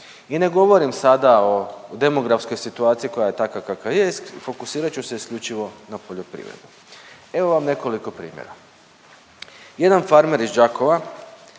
i ne govorim sada o demografskoj situaciji koja je takva kakva jest i fokusirat ću se isključivo na poljoprivredu. Evo vam nekoliko primjera, jedan farmer iz Đakova